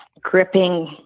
gripping